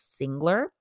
Singler